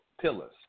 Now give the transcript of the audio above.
pillars